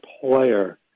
player